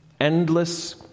endless